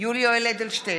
יולי יואל אדלשטיין,